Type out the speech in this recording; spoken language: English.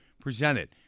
presented